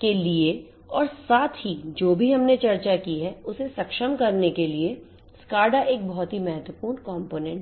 के लिए और साथ ही जो भी हमने चर्चा की है उसे सक्षम करने के लिए SCADA एक बहुत ही महत्वपूर्ण component है